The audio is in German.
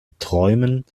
träumen